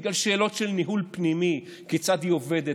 בגלל שאלות של ניהול פנימי: כיצד היא עובדת,